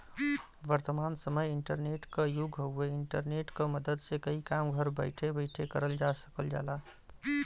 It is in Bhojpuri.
वर्तमान समय इंटरनेट क युग हउवे इंटरनेट क मदद से कई काम घर बैठे बैठे करल जा सकल जाला